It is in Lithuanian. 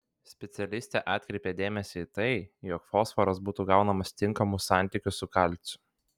specialistė atkreipia dėmesį į tai jog fosforas būtų gaunamas tinkamu santykiu su kalciu